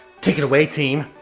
take it away, team.